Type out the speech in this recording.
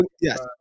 yes